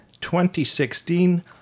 2016